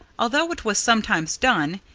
although it was sometimes done,